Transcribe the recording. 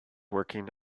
working